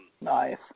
Nice